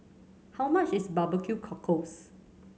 how much is barbecue cockles